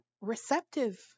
receptive